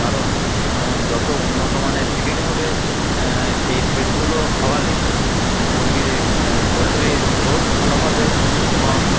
কারণ যত উন্নত মানের ফিড হবে সেই ফিডগুলো খাওয়ালে মুরগির পোলট্রির গ্রোথ ভালো হবে এবং